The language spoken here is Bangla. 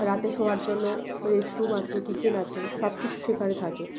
রাতে শোবার জন্য রেস্টরুম আছে কিচেন আছে সব কিছু সেখানে থাকে